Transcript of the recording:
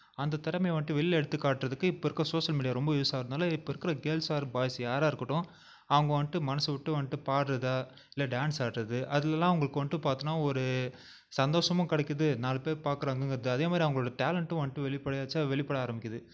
அந்த திறமைய வந்துட்டு வெளில எடுத்துக்காட்டுறதுக்கு இப்போ இருக்கற சோசியல் மீடியா ரொம்ப யூஸ் ஆகுறதுனால் இப்போ இருக்கிற கேர்ள்ஸ் ஆர் பாய்ஸ் யாராக இருக்கட்டும் அவங்க வந்துட்டு மனது விட்டு வந்துட்டு பாடுறத இல்லை டான்ஸ் ஆடுறது அதுலெல்லாம் அவங்களுக்கு வந்துட்டு பார்த்தோன்னா ஒரு சந்தோஷமும் கிடைக்குது நாலு பேர் பார்க்குறாங்கங்கறது அதேமாதிரி அவங்களோட டேலண்ட்டும் வந்துட்டு வெளிப்படையாக ச்ச வெளிப்படை ஆரம்பிக்குது